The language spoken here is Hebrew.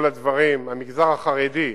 המגזר החרדי,